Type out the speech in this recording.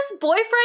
boyfriend